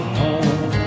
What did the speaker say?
home